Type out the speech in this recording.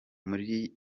muri